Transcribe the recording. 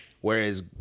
whereas